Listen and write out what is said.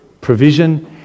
Provision